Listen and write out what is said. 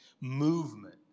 movement